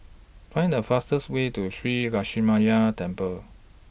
Find The fastest Way to Shree Lakshminarayanan Temple